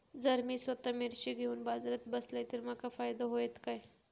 जर मी स्वतः मिर्ची घेवून बाजारात बसलय तर माका फायदो होयत काय?